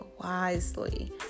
wisely